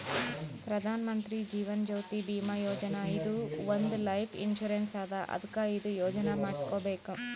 ಪ್ರಧಾನ್ ಮಂತ್ರಿ ಜೀವನ್ ಜ್ಯೋತಿ ಭೀಮಾ ಯೋಜನಾ ಇದು ಒಂದ್ life insurance ಅದಾ ಅದ್ಕ ಇದು ಯೋಜನಾ ಮಾಡುಸ್ಕೊಬೇಕ್